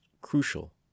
crucial